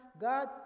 God